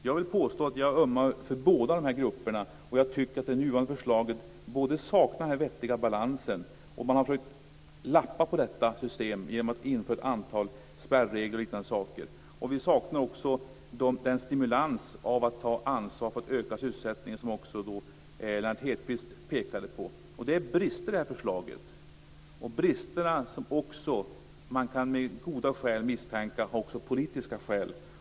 Jag vill påstå att jag ömmar för båda de här grupperna, och jag tycker att det nuvarande förslaget saknar denna vettiga balans. Man har försökt lappa på detta system genom att införa ett antal spärregler och liknande saker. Vi saknar också stimulansen att ta ansvar för att öka sysselsättningen, vilket också Lennart Hedquist pekade på. Det finns brister i det här förslaget, brister som man med goda skäl kan misstänka har politiska orsaker.